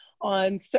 on